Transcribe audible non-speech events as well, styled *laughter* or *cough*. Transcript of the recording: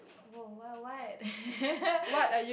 oh what what *laughs*